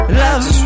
love